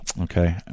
Okay